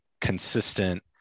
consistent